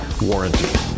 warranty